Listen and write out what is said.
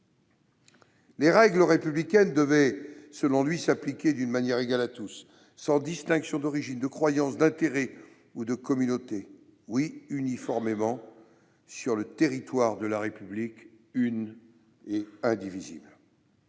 Les règles républicaines devaient selon lui s'appliquer d'une manière égale à tous, sans distinction d'origine, de croyances, d'intérêts ou de communautés, uniformément sur le territoire de la République, une et indivisible.